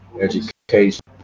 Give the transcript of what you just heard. education